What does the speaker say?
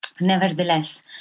nevertheless